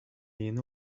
yeni